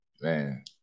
Man